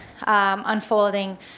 unfolding